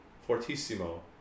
fortissimo